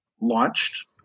launched